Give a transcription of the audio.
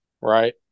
Right